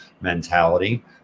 mentality